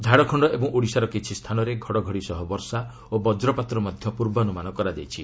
ଝାଡ଼ଖଣ୍ଡ ଏବଂ ଓଡ଼ିଶାର କିଛି ସ୍ଥାନରେ ଘଡ଼ଘଡ଼ି ସହ ବର୍ଷା ଓ ବଚ୍ଚପାତର ମଧ୍ୟ ପୂର୍ବାନୁମାନ କରାଯାଇଛି